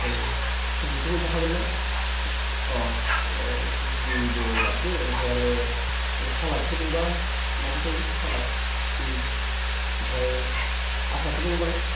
ओमफ्राय सब्जिथ' मोनफा खागोन ना अ सब्जिबो लाबोदो ओमफ्राय आरो सालादफोर दंबा लाबोजायो सालाद ओमफ्राय आसारथ' दं दां